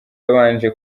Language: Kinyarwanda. yabanje